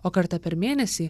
o kartą per mėnesį